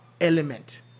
element